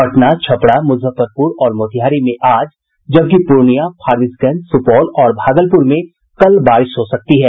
पटना छपरा मुजफ्फरपुर और मोतिहारी में आज जबकि पूर्णिया फरबिसगंज सुपौल और भागलपुर में कल बारिश हो सकती है